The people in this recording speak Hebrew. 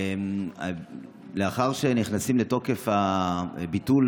לאחר שנכנס לתוקף ביטול